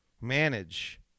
Manage